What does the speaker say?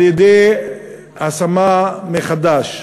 על-ידי השמה מחדש.